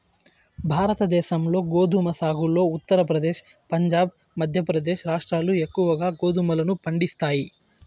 భారతదేశంలో గోధుమ సాగులో ఉత్తరప్రదేశ్, పంజాబ్, మధ్యప్రదేశ్ రాష్ట్రాలు ఎక్కువగా గోధుమలను పండిస్తాయి